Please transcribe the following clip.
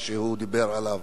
מה שהוא דיבר עליו.